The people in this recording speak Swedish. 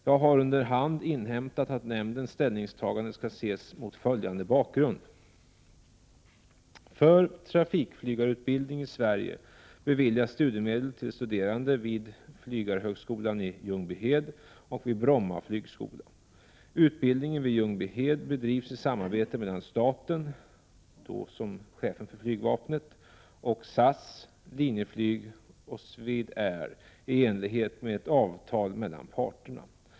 Jag har under hand inhämtat att nämndens ställningstagande skall ses mot följande bakgrund. För trafikflygarutbildning i Sverige beviljas studiemedel till studerande vid trafikflygarhögskolan i Ljungbyhed och vid Bromma flygskola. Utbildningen vid Ljungbyhed bedrivs i samarbete mellan staten — chefen för flygvapnet — och SAS, Linjeflyg och Swedair i enlighet med ett avtal mellan parterna.